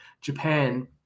Japan